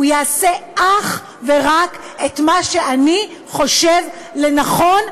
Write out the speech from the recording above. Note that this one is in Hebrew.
הוא יעשה אך ורק את מה שאני חושב לנכון,